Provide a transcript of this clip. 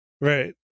Right